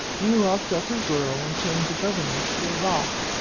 he locked up his girl and chained the governess to a rock,